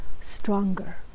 stronger